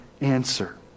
answer